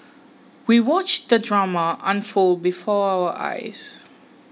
we watched the drama unfold before our eyes